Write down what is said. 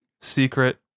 Secret